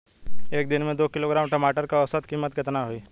एक दिन में दो किलोग्राम टमाटर के औसत कीमत केतना होइ?